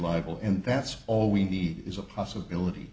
liable and that's all we need is a possibility